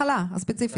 במחלה הקשה.